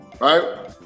right